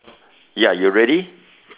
ya you ready